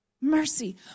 Mercy